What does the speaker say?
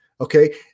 okay